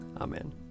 Amen